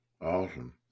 awesome